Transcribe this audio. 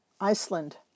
Iceland